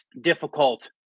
difficult